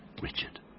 Richard